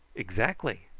exactly.